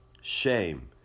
shame